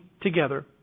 together